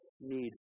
need